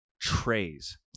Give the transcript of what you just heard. trays